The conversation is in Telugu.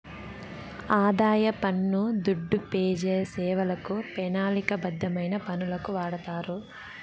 ఆదాయ పన్ను దుడ్డు పెజాసేవలకు, పెనాలిక బద్ధమైన పనులకు వాడతారు